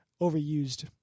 overused